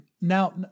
Now